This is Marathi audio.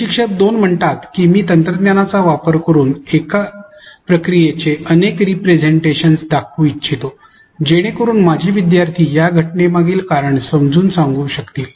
प्रशिक्षक २ म्हणतात की मी तंत्रज्ञानाचा वापर करून एक प्रक्रियेचे अनेक रीप्रेझेंटेशन्स दर्शवू इच्छितो जेणेकरुन माझे विद्यार्थी या घटनेमागील कारण समजावून सांगू शकतील